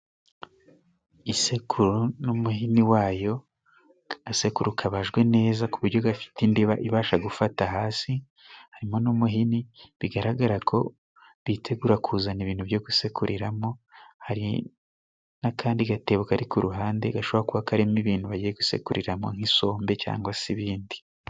Isekuru n'umuhini wayo agasekuru kabajwe neza ku bujyo gafite indiba ibasha gufata hasi, hari mo n'umuhini bigaragara ko bitegura kuzana ibintu byo gusekuriramo, hari n'akandi gatebo kari ku ruhande gashobora kuba karimo ibintu bagiye gusekuririramo, nk'isombe cyangwa se ibindi.